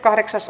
asia